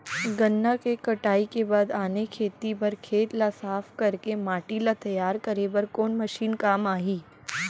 गन्ना के कटाई के बाद आने खेती बर खेत ला साफ कर के माटी ला तैयार करे बर कोन मशीन काम आही?